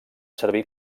servir